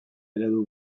eredu